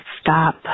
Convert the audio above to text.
stop